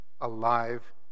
alive